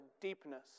deepness